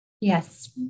Yes